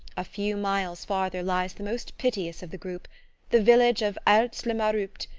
a few miles farther lies the most piteous of the group the village of heiltz-le-maurupt,